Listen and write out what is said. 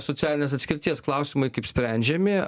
socialinės atskirties klausimai kaip sprendžiami